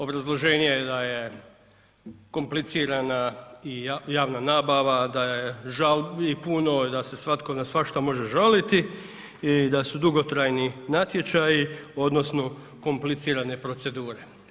Obrazloženje je da je komplicirana i javna nabava, da je žalbi puno, da se svatko na svašta može žaliti i da su dugotrajni natječaji odnosno komplicirane procedure.